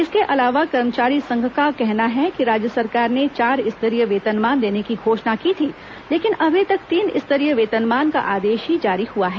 इसके अलावा कर्मचारी संघ का कहना है कि राज्य सरकार ने चार स्तरीय वेतनमान देने के घोषणा की थी लेकिन अभी तक तीन स्तरीय वेतनमान का आदेश ही जारी हुआ है